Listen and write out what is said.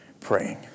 praying